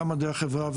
גם מדעי החברה,